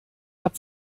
habt